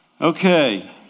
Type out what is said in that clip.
Okay